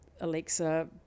alexa